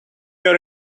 your